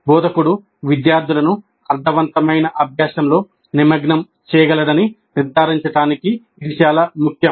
బోధకుడు విద్యార్థులను అర్ధవంతమైన అభ్యాసంలో నిమగ్నం చేయగలడని నిర్ధారించడానికి ఇది చాలా ముఖ్యం